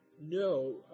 no